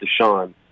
Deshaun